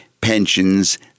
pensions